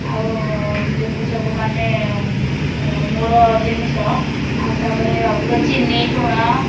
ଆଉ ଯେତେ ସବୁ ମାନେ ମୂଳ ଜିନିଷ ଆଉ ତା'ପରେ ଅଧିକ ଚିନି ଲୁଣ